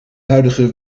huidige